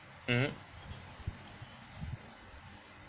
mmhmm